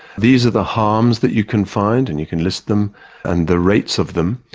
these are the harms that you can find, and you can list them and the rates of them.